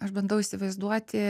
aš bandau įsivaizduoti